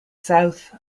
south